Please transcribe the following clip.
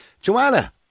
Joanna